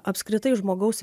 apskritai žmogaus